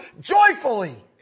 joyfully